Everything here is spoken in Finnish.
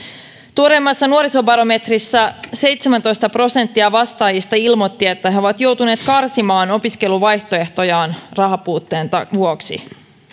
tuoreimmassa nuorisobarometrissä seitsemäntoista prosenttia vastaajista ilmoitti että he he ovat joutuneet karsimaan opiskeluvaihtoehtojaan rahanpuutteen vuoksi